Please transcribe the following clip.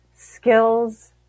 skills